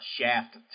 shaft